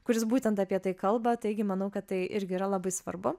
kuris būtent apie tai kalba taigi manau kad tai irgi yra labai svarbu